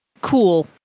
cool